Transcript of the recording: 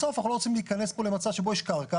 בסוף אנחנו לא רוצים להיכנס פה למצב שבו יש קרקע,